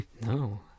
No